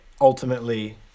ultimately